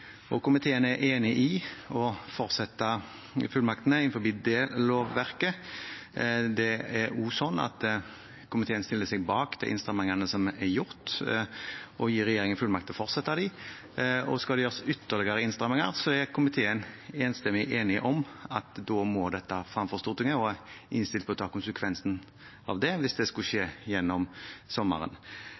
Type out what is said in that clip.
Komiteen er enig i at man fortsetter fullmaktene innenfor det lovverket. Det er også sånn at komiteen stiller seg bak de innstramningene som er gjort, og gir regjeringen fullmakt til å fortsette dem. Skal det gjøres ytterligere innstramninger, er komiteen enstemmig om at da må dette frem for Stortinget, og er innstilt på å ta konsekvensen av det hvis det skulle skje gjennom sommeren.